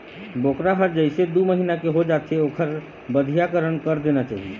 बोकरा ह जइसे दू महिना के हो जाथे ओखर बधियाकरन कर देना चाही